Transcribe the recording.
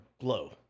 glow